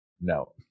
No